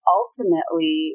ultimately